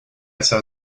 saw